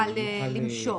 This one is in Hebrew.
יוכל למשוך.